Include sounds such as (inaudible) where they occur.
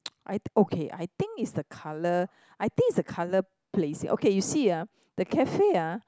(noise) I okay I think it's the colour I think it's the colour placing okay you see ah the cafe ah